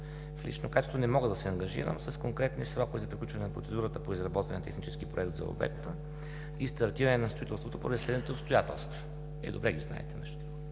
в лично качество, не мога да се ангажирам с конкретни срокове за приключване на процедурата по изработване на технически проект за обекта и стартиране на строителството поради следните обстоятелства – Вие добре ги знаете, между